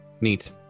neat